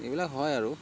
এইবিলাক হয় আৰু